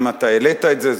אם אתה העלית את זה.